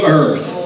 earth